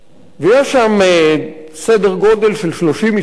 ויש שם סדר-גודל של 30 משפחות,